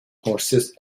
horses